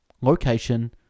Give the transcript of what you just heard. location